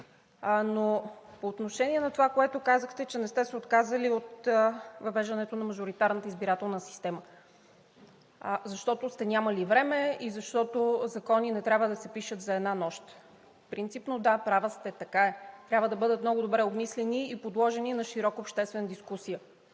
По отношение на това, което казахте, че не сте се отказали от въвеждането на мажоритарната избирателна система, защото сте нямали време и защото закони не трябва да се пишат за една нощ. Принципно, да, права сте – така е! Трябва да бъдат много добре обмислени и подложени на широка обществена дискусия.